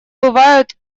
бывают